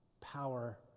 power